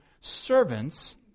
servants